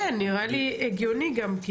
כן, נראה לי הגיוני גם.